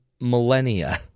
millennia